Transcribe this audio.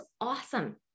awesome